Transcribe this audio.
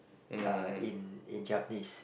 uh in in Japanese